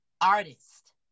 artist